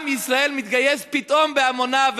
עם ישראל מתגייס פתאום בהמוניו,